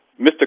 Mr